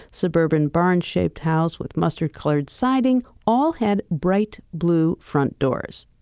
suburban barn shaped house with mustard colored siding, all had bright blue front doors,